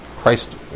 Christ